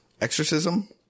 exorcism